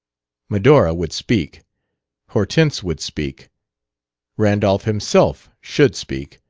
medora would speak hortense would speak randolph himself should speak.